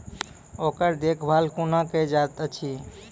ओकर देखभाल कुना केल जायत अछि?